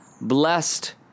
Blessed